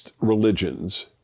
religions